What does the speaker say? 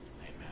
Amen